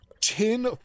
ten